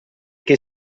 che